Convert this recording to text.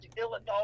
Illinois